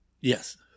Yes